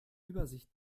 übersicht